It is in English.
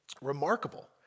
remarkable